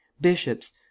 bishops